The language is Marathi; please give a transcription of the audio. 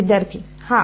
विद्यार्थी हा